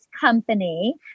company